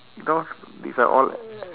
you know these are all